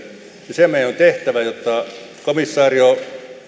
se meidän on tehtävä jotta komissaari